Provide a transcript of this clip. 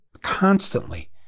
Constantly